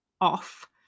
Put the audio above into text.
off